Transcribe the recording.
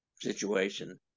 situation